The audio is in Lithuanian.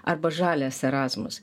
arba žalias erasmus